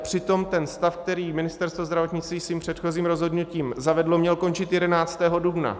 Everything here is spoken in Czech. Přitom ten stav, který Ministerstvo zdravotnictví svým předchozím rozhodnutím zavedlo, měl končit 11. dubna.